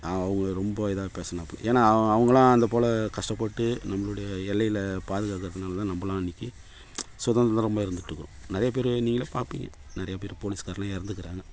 அவங்க ரொம்ப இதாக பேசுனாப்பிடி ஏன்னா அவங்கள்லாம் இந்தப் போல் கஷ்டப்பட்டு நம்மளுடைய எல்லையில் பாதுகாக்கிறதுனால தான் நம்பள்லாம் இன்னைக்கு சுதந்திரமாக இருந்துட்டு இருக்கிறோம் நிறையா பேர் நீங்களே பார்ப்பிங்க நிறையா பேர் போலீஸ்கார்லாம் இறந்துக்குறாங்க